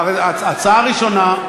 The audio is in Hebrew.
ההצעה הראשונה,